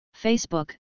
Facebook